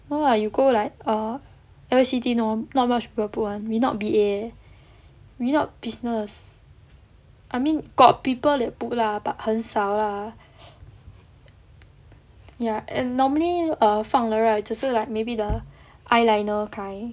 no lah you go like err L_S_C_T no one not much people put [one] we not B_A we not business I mean got people that put lah but 很少 lah ya and normally err 放了 right 只是 like maybe the eyeliner kind